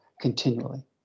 continually